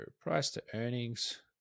Price-to-earnings